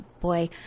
boy